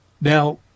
Now